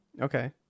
Okay